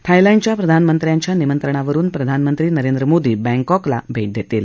थायलंडच्या प्रधानमंत्र्यांच्या निमंत्रणावरुन प्रधानमंत्री नरेंद्र मोदी बॅकॉकला भे देतील